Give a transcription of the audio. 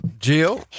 Jill